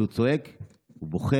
כשהוא צועק ובוכה,